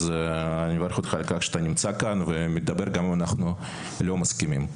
אז אני מברך אותך על נוכחותך ועל דבריך כאן גם אם אנחנו לא מסכימים.